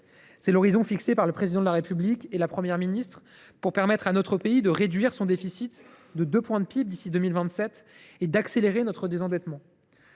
C’est l’horizon fixé par le Président de la République et la Première ministre, pour permettre à notre pays de réduire son déficit de 2 points de PIB d’ici à 2027 et d’accélérer notre désendettement.